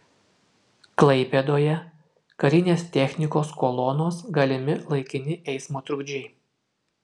klaipėdoje karinės technikos kolonos galimi laikini eismo trukdžiai